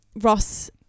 Ross